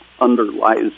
underlies